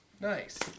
Nice